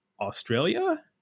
Australia